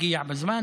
הגיע בזמן,